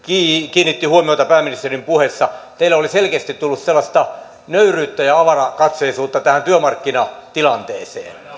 kiinnitti minun huomioni pääministerin puheessa teille oli selkeästi tullut sellaista nöyryyttä ja avarakatseisuutta tähän työmarkkinatilanteeseen